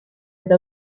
eta